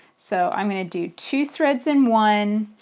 so i'm going to do two threads in one,